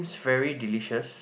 it's very delicious